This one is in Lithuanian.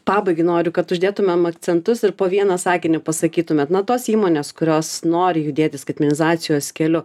pabaigai noriu kad uždėtumėm akcentus ir po vieną sakinį pasakytumėt na tos įmonės kurios nori judėti skaitmenizacijos keliu